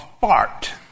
fart